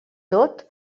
tot